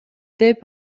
деп